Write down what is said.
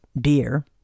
beer